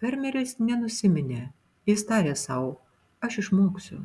fermeris nenusiminė jis tarė sau aš išmoksiu